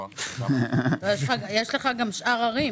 עקיף,